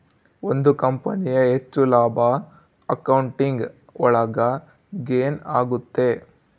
ಒಂದ್ ಕಂಪನಿಯ ಹೆಚ್ಚು ಲಾಭ ಅಕೌಂಟಿಂಗ್ ಒಳಗ ಗೇನ್ ಆಗುತ್ತೆ